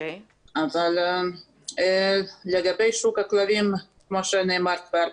אבל לגבי שוק הכלבים מה שנאמר כבר,